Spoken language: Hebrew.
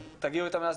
תגיעו אתם להסכמה.